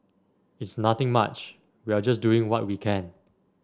it's nothing much we are just doing what we can